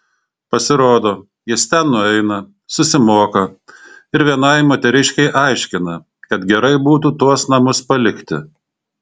pasirodo jis ten nueina susimoka ir vienai moteriškei aiškina kad gerai būtų tuos namus palikti